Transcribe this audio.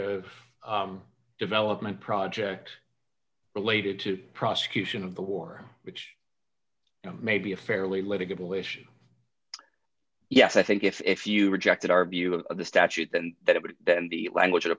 of development project related to prosecution of the war which may be a fairly liberal issue yes i think if you rejected our view of the statute then that it would then the language would